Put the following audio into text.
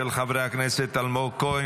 של חברי הכנסת אלמוג כהן,